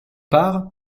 part